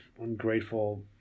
ungrateful